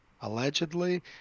allegedly